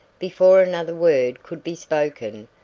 before another word could be spoken,